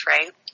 Right